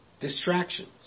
Distractions